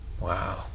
Wow